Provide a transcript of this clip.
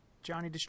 Johnny